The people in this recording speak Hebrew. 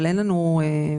אבל אין לנו מיסוי.